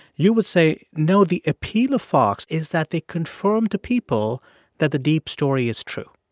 you would say, no, the appeal of fox is that they confirm to people that the deep story is true